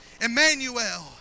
Emmanuel